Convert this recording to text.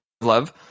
Love